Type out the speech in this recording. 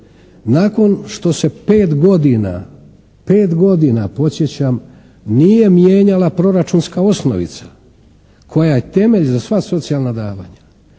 nakon što se 5 godina, 5 godina podsjećam nije mijenjala proračunska osnovica koja je temelj za sva socijalna davanja,